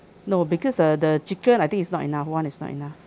no because the the chicken I think it's not enough one is not enough